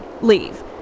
leave